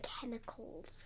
chemicals